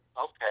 Okay